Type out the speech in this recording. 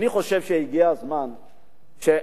אני חושב שהגיע הזמן שאנחנו,